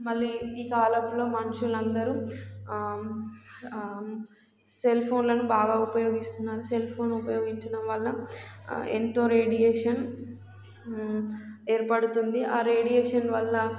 మళ్ళీ ఈ కాలంలో మనుషులందరూ సెల్ఫోన్లను బాగా ఉపయోగిస్తున్నారు సెల్ఫోన్ ఉపయోగించడం వల్ల ఎంతో రేడియేషన్ ఏర్పడుతుంది ఆ రేడియేషన్ వల్ల